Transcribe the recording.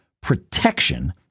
protection